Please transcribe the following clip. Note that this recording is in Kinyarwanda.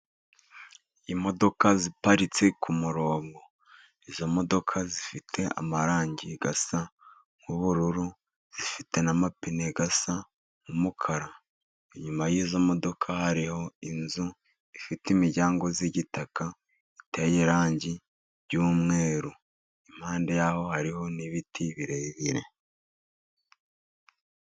Imodoka ziparitse ku murongo. Izo modoka zifite amarangi asa nk'ubururu, zifite n'amapine asa n'umukara. Inyuma y'izo modoka hariho inzu ifite imiryango y'igitaka, iteye irangi ry'umweru. Impande yaho hariho n'ibiti birebire.